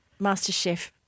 MasterChef